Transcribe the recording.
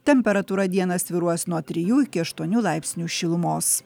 temperatūra dieną svyruos nuo trijų iki aštuonių laipsnių šilumos